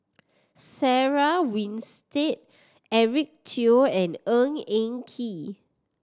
Sarah Winstedt Eric Teo and Ng Eng Kee